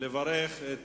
לברך את